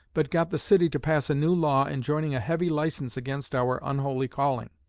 but got the city to pass a new law enjoining a heavy license against our unholy calling.